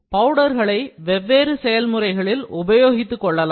பவுடர்களை வெவ்வேறு செயல்முறைகளில் உபயோகித்துக்கொள்ளலாம்